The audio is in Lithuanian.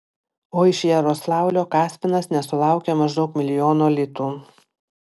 o iš jaroslavlio kaspinas nesulaukė maždaug milijono litų